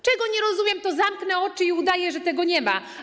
Czego nie rozumiem, to zamknę oczy i udaję, że tego nie ma.